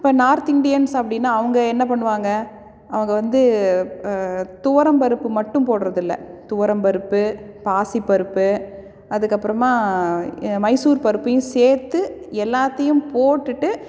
இப்போ north Indians அப்படின்னா அவங்க என்ன பண்ணுவாங்க அவங்க வந்து துவரம் பருப்பு மட்டும் போடுறதில்ல துவரம் பருப்பு பாசிப்பருப்பு அதுக்கப்புறமா மைசூர் பருப்பையும் சேர்த்து எல்லாத்தையும் போட்டுட்டு